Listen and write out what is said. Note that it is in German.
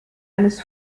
eines